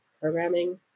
programming